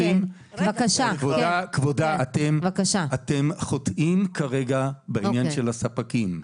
כבודה, אתם חוטאים כרגע בעניין הספקים.